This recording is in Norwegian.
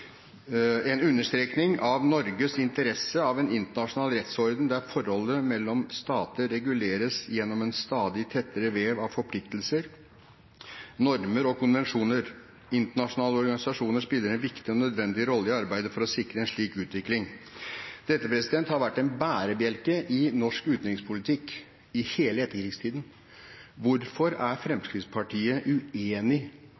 en understrekning av «Norges interesse av en internasjonal rettsorden der forholdet mellom stater reguleres gjennom en stadig tettere vev av forpliktelser, normer og konvensjoner. Internasjonale organisasjoner spiller en viktig og nødvendig rolle i arbeidet for å sikre en slik utvikling.» Dette har vært en bærebjelke i norsk utenrikspolitikk i hele etterkrigstiden. Hvorfor er